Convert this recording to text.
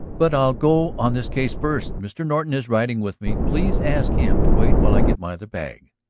but i'll go on this case first. mr. norton is riding with me. please ask him to wait while i get my other bag.